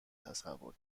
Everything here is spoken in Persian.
تصور